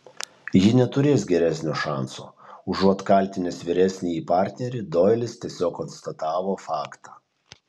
ji neturės geresnio šanso užuot kaltinęs vyresnįjį partnerį doilis tiesiog konstatavo faktą